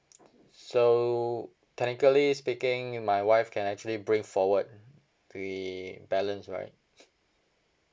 so technically speaking my wife can actually bring forward the balance right